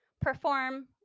perform